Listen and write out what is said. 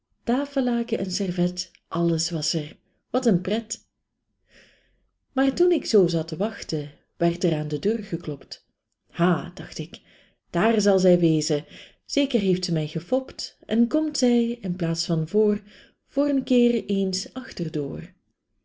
tafellaken en servet alles was er wat een pret maar toen ik zoo zat te wachten werd er aan de deur geklopt ha dacht ik daar zal zij wezen zeker heeft ze mij gefopt en komt zij in plaats van voor voor een keer eens achter door